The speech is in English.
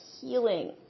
healing